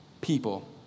people